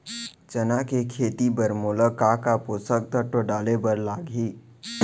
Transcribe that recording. चना के खेती बर मोला का का पोसक तत्व डाले बर लागही?